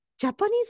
japanese